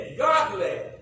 godly